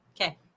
Okay